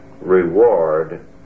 reward